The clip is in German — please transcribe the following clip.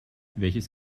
welches